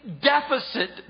deficit